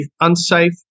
unsafe